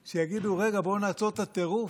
שיגידו: רגע, בואו נעצור את הטירוף?